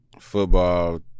football